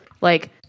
like-